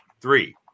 Three